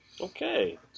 Okay